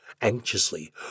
anxiously